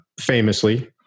famously